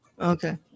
okay